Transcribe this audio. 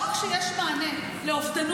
לא רק שיש מענה לאובדנות,